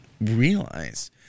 realize